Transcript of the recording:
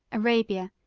arabia,